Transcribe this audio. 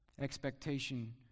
Expectation